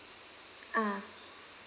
ah